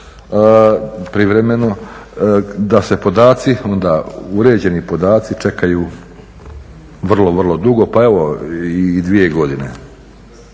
privremeno, da se podaci uređeni podaci čekaju vrlo, vrlo dugo pa evo i dvije godine.